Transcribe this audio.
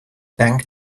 bank